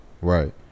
right